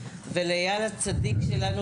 ואייל הצדיק שלנו,